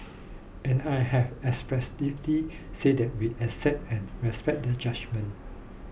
and I have expressively said that we accept and respect the judgement